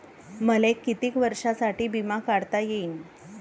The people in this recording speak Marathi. मले कितीक वर्षासाठी बिमा काढता येईन?